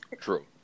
True